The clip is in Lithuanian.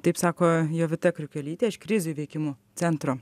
taip sako jovita kriukelytė iš krizių įveikimo centro